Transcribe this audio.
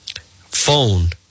phone